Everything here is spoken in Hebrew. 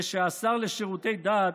ושהשר לשירותי דת